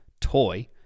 toy